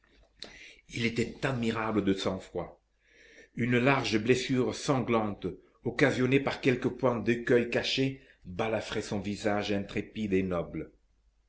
il était admirable de sang-froid une large blessure sanglante occasionnée par quelque pointe d'écueil caché balafrait son visage intrépide et noble